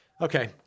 Okay